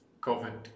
COVID